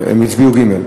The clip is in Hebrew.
הם הצביעו ג'.